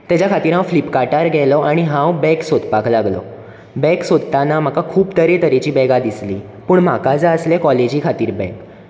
तेज्या खातीर हांव फ्लिपकार्टार गेलो आनी हांव बॅग सोदपाक लागलो बॅग सोदताना म्हाका खूब तरे तरेची बॅगां दिसली पूण म्हाका जाय आसले कॉलेजी खातीर बॅग